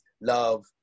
love